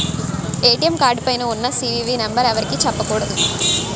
ATM card పైన ఉన్న CVV number ఎవరికీ చెప్పకూడదు